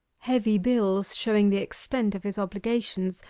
heavy bills, showing the extent of his obligations,